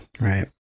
Right